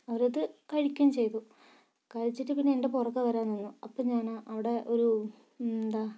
അവരത് കഴിക്കയും ചെയ്തു കഴിച്ചിട്ട് പിന്നെ എന്റെ പുറകെ വരാൻ നിന്നു അപ്പോൾ ഞാനാ അവിടെ ഒരു എന്താ